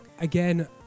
Again